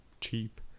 cheap